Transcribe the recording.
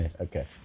Okay